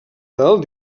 del